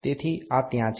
તેથી આ ત્યાં છે